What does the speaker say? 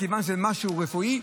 מכיוון שזה משהו רפואי.